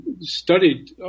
studied